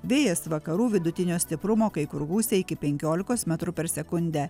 vėjas vakarų vidutinio stiprumo kai kur gūsiai iki penkiolikos metrų per sekundę